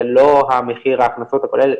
זה לא מחיר ההכנסות הכולל,